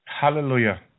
Hallelujah